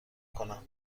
کنم